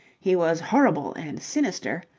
he was horrible and sinister,